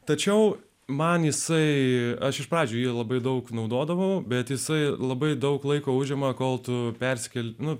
tačiau man jisai aš pavyzdžiui labai daug naudodavau bet jisai labai daug laiko užima kol tu perskėlė nu